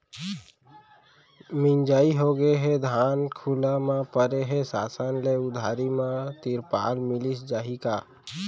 मिंजाई होगे हे, धान खुला म परे हे, शासन ले उधारी म तिरपाल मिलिस जाही का?